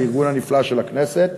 היבול הנפלא של הכנסת,